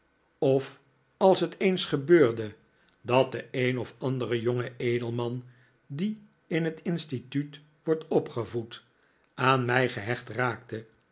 of als het eens gebeurde da t de een of andere jonge edelman die in het instituut wordt opgevoed aan mij gehecht raakte